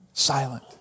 silent